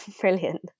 Brilliant